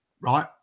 Right